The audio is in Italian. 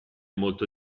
molto